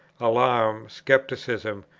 alarm, scepticism,